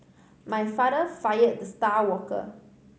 my father fired the star worker